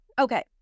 Okay